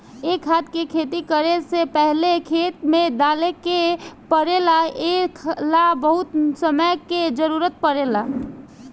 ए खाद के खेती करे से पहिले खेत में डाले के पड़ेला ए ला बहुत समय के जरूरत पड़ेला